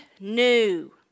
new